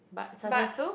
but successful